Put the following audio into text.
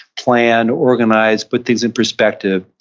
plan, organize, put things in perspective,